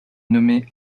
nommé